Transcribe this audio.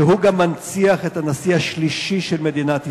שהוא גם מנציח את הנשיא השלישי של מדינת ישראל.